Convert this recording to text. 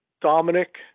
Dominic